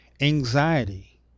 Anxiety